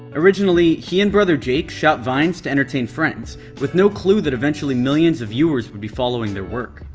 originally, he and brother jake shot vines to entertain friends with no clue that eventually millions of viewers would be following their work.